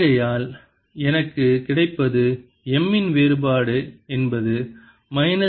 ஆகையால் எனக்கு கிடைப்பது M இன் வேறுபாடு என்பது மைனஸ் M ஓவர் l க்கு சமம்